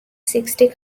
sixty